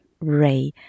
Ray